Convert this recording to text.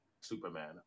Superman